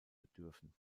bedürfen